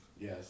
Yes